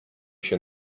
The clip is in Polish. się